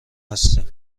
هستیم